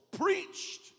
preached